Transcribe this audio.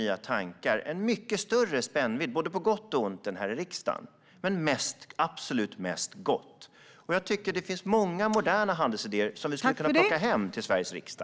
Där är det en mycket större spännvidd, på både gott och ont, än här i riksdagen. Men det mesta var absolut gott. Det finns många moderna handelsidéer som vi skulle kunna plocka hem till Sveriges riksdag.